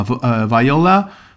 viola